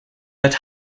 that